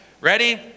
Ready